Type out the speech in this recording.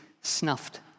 snuffed